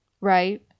right